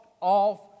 off